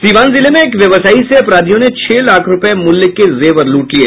सिवान जिले में एक व्यवसायी से अपराधियों ने छह लाख रूपये मूल्य के जेवर लूट लिये